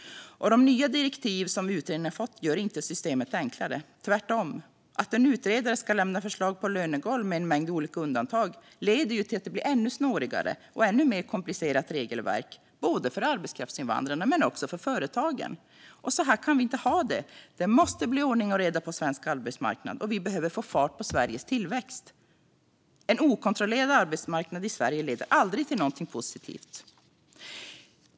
De nya direktiv som utredningen har fått gör inte systemet enklare - tvärtom. Att en utredare ska lämna förslag på lönegolv med en mängd olika undantag leder till ett ännu snårigare och ännu mer komplicerat regelverk för både arbetskraftsinvandrarna och företagen. Så här kan vi inte ha det. Det måste bli ordning och reda på svensk arbetsmarknad. Vi behöver få fart på Sveriges tillväxt. En okontrollerad arbetsmarknad i Sverige leder aldrig till något positivt.